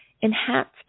Enhanced